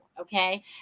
okay